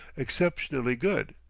exceptionally good.